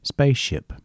Spaceship